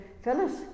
Phyllis